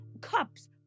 cups